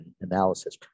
analysis